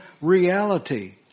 reality